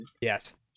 Yes